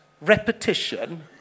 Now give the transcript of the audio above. repetition